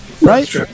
Right